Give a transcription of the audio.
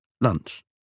lunch